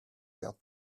got